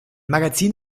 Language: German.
magazin